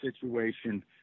situation